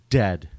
dead